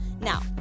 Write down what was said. Now